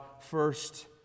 first